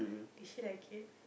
did she like it